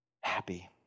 happy